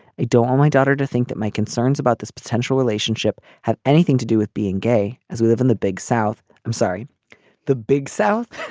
i don't want my daughter to think that my concerns about this potential relationship have anything to do with being gay as we live in the big south. i'm sorry the big s